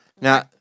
now